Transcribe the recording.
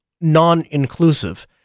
non-inclusive